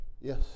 Yes